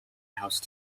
house